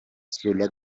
cela